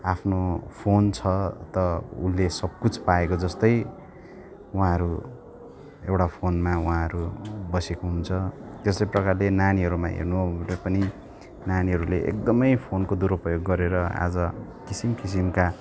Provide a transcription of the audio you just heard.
केवल आफ्नो फोन छ त उसले सबकुछ पाएको जस्तै उहाँहरू एउटा फोनमा उहाँहरू बसेको हुन्छ त्यसै प्रकारमा नानीहरूमा हेर्नु हो भने पनि नानीहरूले एकदमै फोनको दुरुपयोग गरेर आज किसिम किसिमका